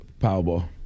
Powerball